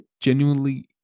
genuinely